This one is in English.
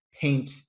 paint